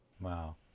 Wow